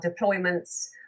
deployments